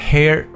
Hair